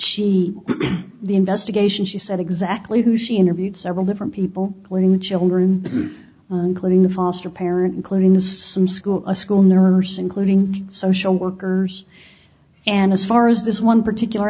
she the investigation she said exactly who she interviewed several different people living children in the foster parent including some school a school nurse including social workers and as far as this one particular